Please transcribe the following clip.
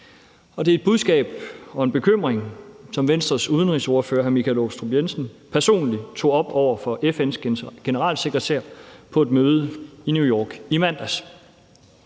og det er et budskab og en bekymring, som Venstres udenrigsordfører, hr. Michael Aastrup Jensen, personligt tog op over for FN's generalsekretær på et møde i New York i mandags.